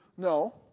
No